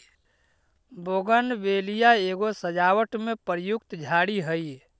bougainvillea एगो सजावट में प्रयुक्त झाड़ी हई